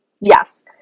Yes